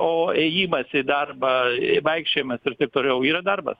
o ėjimas į darbą vaikščiojimą ir taip toliau yra darbas